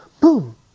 boom